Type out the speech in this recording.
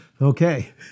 Okay